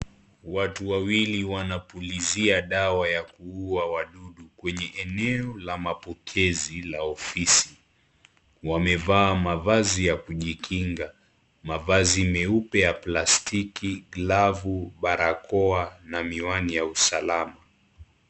Watu wawili wanapulizia dawa ya kuua wadudu kwenye eneo la mapokezi la ofisi . Wamevaa mavazi ya kujikinga , mavazi meupe ya plastiki glavu , barakoa na miwani ya usalama.